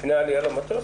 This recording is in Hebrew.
לפני העלייה למטוס?